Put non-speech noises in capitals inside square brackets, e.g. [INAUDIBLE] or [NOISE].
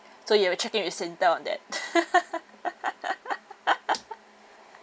so you have to check in with Singtel on that [LAUGHS]